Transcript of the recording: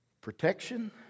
Protection